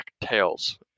tails